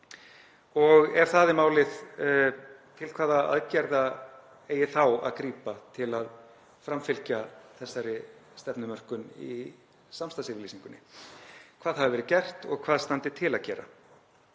Og ef það er málið, til hvaða aðgerða eigi þá að grípa til að framfylgja þessari stefnumörkun í samstarfsyfirlýsingunni, hvað hafi verið gert og hvað standi til að gera.